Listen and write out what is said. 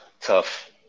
tough